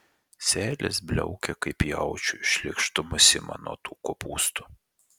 seilės bliaukia kaip jaučiui šleikštumas ima nuo tų kopūstų